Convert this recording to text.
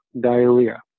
diarrhea